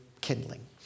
kindling